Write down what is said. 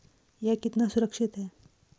यह कितना सुरक्षित है?